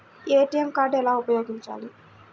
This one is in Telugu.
ఏ.టీ.ఎం కార్డు ఎలా ఉపయోగించాలి?